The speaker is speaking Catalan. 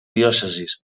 diòcesis